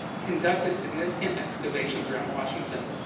conducted significant excavations around washington.